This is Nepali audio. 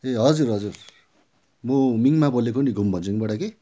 ए हजुर हजुर म मिङमा बोलेको नि घुम भन्ज्याङबाट कि